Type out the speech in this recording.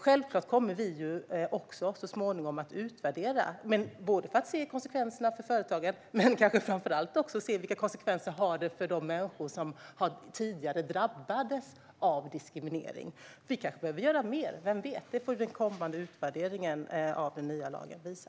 Självklart kommer vi så småningom att utvärdera detta för att se konsekvenserna både för företagen och, framför allt, för de människor som tidigare drabbades av diskriminering. Vi kanske behöver göra mer, vem vet? Det får den kommande utvärderingen av den nya lagen visa.